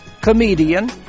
comedian